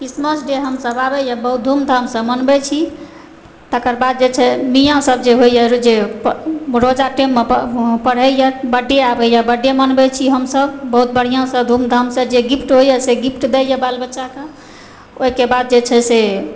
Christmas day हमसब आबै यऽ बहुत धूमधाम सऽ मनबै छी तकर बाद जे छै मियां सब जे होइया जे रोजा टेम मे पढ़ैया बर्थडे आबैया बर्थडे मनबै छी हमसब बहुत बढ़िऑं सऽ धूमधाम सऽ जे गिफ्ट होइया से गिफ्ट दैया बाल बच्चा के ओइके बाद जे छै से